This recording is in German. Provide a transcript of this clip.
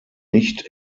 nicht